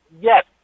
yes